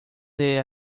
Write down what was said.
del